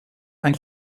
ein